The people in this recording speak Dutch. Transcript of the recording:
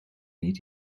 niet